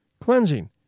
cleansing